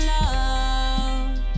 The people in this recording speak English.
love